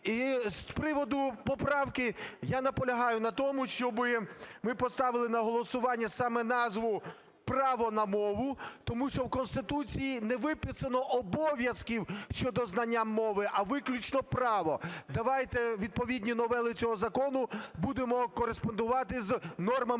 І з приводу поправки. Я наполягаю на тому, щоб ми поставили на голосування саме назву "Право на мову". Тому що в Конституції не виписано обов'язків щодо знання мови, а виключно право. Давайте відповідні новели цього закону будемо кореспондувати з нормами